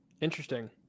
Interesting